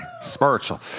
spiritual